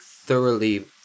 thoroughly